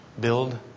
Build